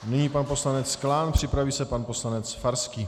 Nyní pan poslanec Klán, připraví se pan poslanec Farský.